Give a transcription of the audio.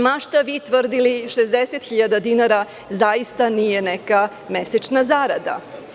Ma šta vi tvrdili, 60.000 dinara zaista nije neka mesečna zarada.